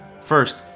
First